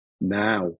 now